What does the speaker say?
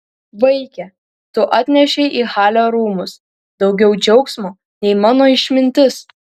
vaike tu atnešei į halio rūmus daugiau džiaugsmo nei mano išmintis